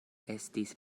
estis